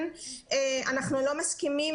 אנחנו לא מסכימים